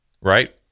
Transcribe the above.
right